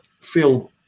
feel